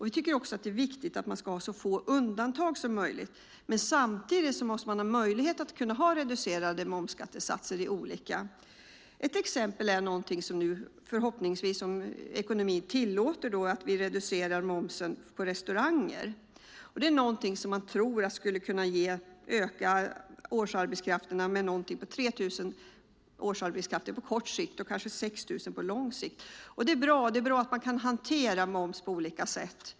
Vi tycker också att man ska ha så få undantag som möjligt. Samtidigt måste det finnas möjlighet att ha reducerade momsskattesatser. Ett exempel är reducerad moms på restauranger. Det tror man skulle kunna öka årsarbetskraften med 3 000 på kort sikt och kanske 6 000 på lång sikt. Det är bra att man kan hantera moms på olika sätt.